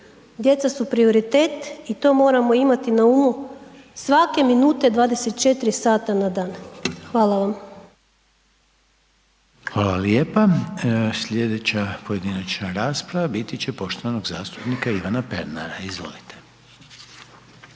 Djeca su prioritet i to moramo imati na umu svake minute 24 sata na dan. Hvala vam. **Reiner, Željko (HDZ)** Hvala lijepa. Sljedeća pojedinačna rasprava biti će poštovanog zastupnika Ivana Pernara. Izvolite.